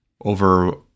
over